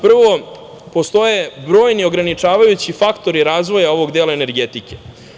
Prvo, postoje brojni ograničavajući faktori razvoja ovog dela energetike.